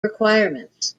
requirements